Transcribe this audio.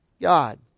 God